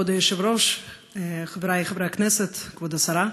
כבוד היושב-ראש, חברי חברי הכנסת, כבוד השרה,